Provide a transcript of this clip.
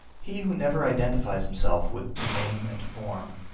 he who never identifies himself with name and form,